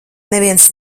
neviens